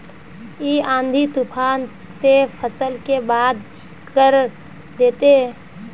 इ आँधी तूफान ते फसल के बर्बाद कर देते?